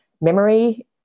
memory